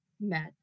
met